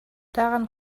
daran